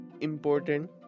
important